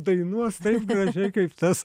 dainuos taip gražiai kaip tas